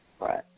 Right